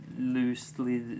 loosely